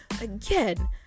again